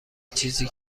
چیزی